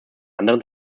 anderen